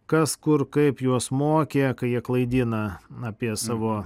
kas kur kaip juos mokė kai jie klaidina apie savo